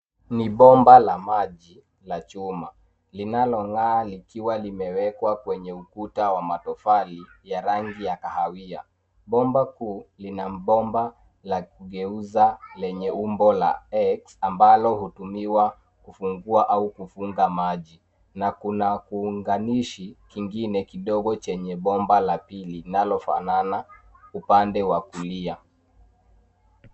Ni bomba la maji la chuma linalong'aa likiwa limewekwa kwenye ukuta wa matofali ya rangi ya kahawia. Bomba kuu lina bomba la kugeuza lenye umbo la X ambalo hutumiwa kufungua au kufunga maji. Na kuna kiuganishi kingine kidogo chenye bomba la pili linalofanana upande wa kulia.